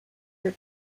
her